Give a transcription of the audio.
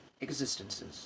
existences